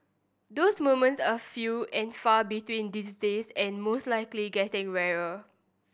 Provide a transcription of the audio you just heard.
those moments are few and far between these days and most likely getting rarer